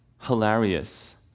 hilarious